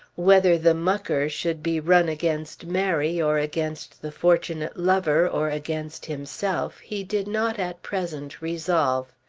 whether the mucker should be run against mary, or against the fortunate lover, or against himself, he did not at present resolve.